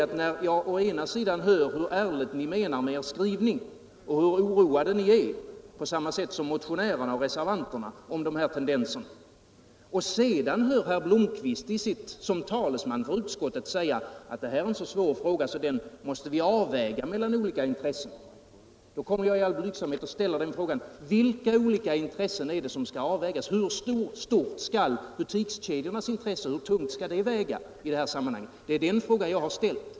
Men här får jag å ena sidan höra hur ärliga ni i utskottet är i er skrivning och hur ni på samma sätt som motionärerna och reservanterna är oroade av de tendenser som finns. Å andra sidan hör jag herr Blomkvist som talesman för utskottet säga att detta är en så svår fråga att den måste avvägas mellan olika intressen. Då kommer jag i all blygsamhet och ställer frågan: Vilka olika intressen är det som skall avvägas? Hur tungt skall butikskedjornas intressen väga i det här sammanhanget? Det är de frågorna jag ställt.